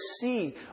see